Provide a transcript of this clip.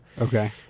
Okay